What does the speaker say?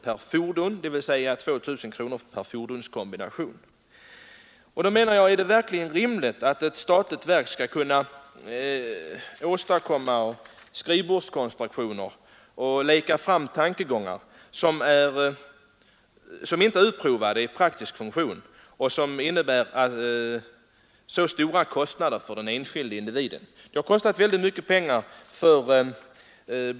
per fordon, dvs. 2 000 kr. per fordonskombination. Är det verkligen rimligt att ett statligt verk skall kunna åstadkomma skrivbordskonstruktioner och leka fram tankegångar som inte är utprovade i praktisk funktion och på grundval av dessa åsamka den enskilde individen så stora kostnader?